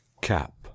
cap